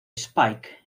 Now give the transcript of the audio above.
spike